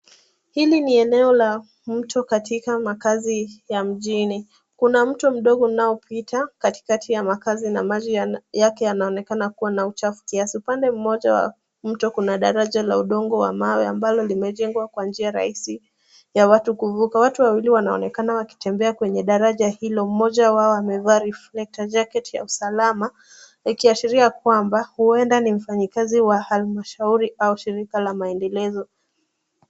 Hili ni eneo la mto katika makahazi ya mjini , kuna mto mdogo unaopita katikati ya makahazi na maji yake yanaonekana kuwa na uchafu kiasi. Upande mmoja wa mto kuna daraja la udongo wa mawe ambalo limejegwa kwa njia rahisi ya watu kuvuka . Watu wawili wanaonekana wakitembea kwenye daraja hilo mmoja wao amevaa reflector jackect ya usalama ikiashiria ya kwamba ni mfanyikazi wa almashauri au shirika la maendelezo.